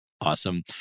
Awesome